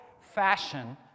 fashion